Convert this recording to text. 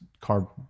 carb